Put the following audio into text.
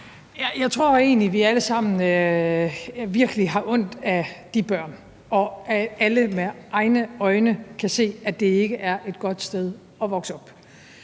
Jeg tror egentlig, vi alle sammen virkelig har ondt af de børn, og at alle godt kan se, at det ikke er et godt sted at vokse op.